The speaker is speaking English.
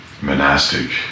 monastic